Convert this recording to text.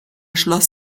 schloss